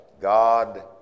God